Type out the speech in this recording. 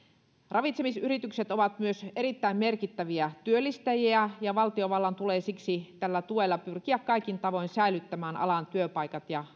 ravitsemisyritykset ovat myös erittäin merkittäviä työllistäjiä ja valtiovallan tulee siksi tällä tuella pyrkiä kaikin tavoin säilyttämään alan työpaikat ja